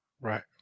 Right